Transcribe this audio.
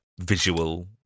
visual